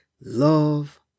love